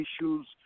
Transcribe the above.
issues